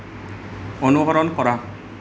অনুসৰণ কৰা